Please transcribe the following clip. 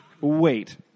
wait